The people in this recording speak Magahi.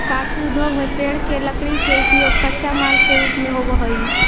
कागज उद्योग में पेड़ के लकड़ी के उपयोग कच्चा माल के रूप में होवऽ हई